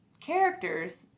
characters